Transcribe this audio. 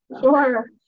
Sure